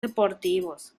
deportivos